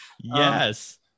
Yes